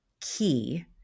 key